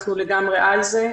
אנחנו לגמרי על זה.